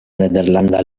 nederlanda